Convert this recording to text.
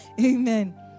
amen